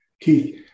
Keith